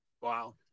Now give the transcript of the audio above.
Wow